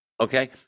okay